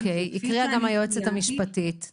גם היועצת המשפטית הקריאה אותו.